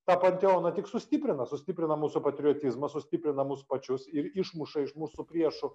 tą panteoną tik sustiprina sustiprina mūsų patriotizmą sustiprina mus pačius ir išmuša iš mūsų priešų